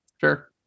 sure